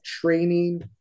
training